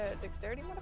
dexterity